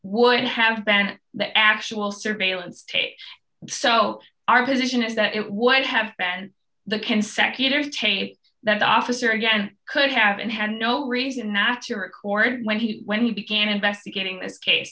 would have been that actual surveillance tape so our position is that it would have been the consecutive tape that officer again could have been had no reason not to record when he when he began investigating this case